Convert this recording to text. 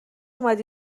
اومدی